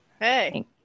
Hey